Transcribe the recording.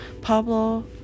Pablo